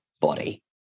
body